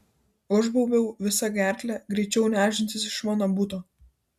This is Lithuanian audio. užbaubiau visa gerkle greičiau nešdintis iš mano buto